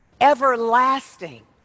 everlasting